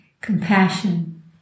compassion